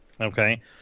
Okay